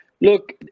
Look